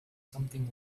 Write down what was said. something